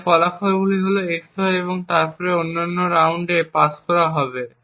তাই ফলাফলগুলি হল XOR এবং তারপরে অন্যান্য রাউন্ডে পাস করা হবে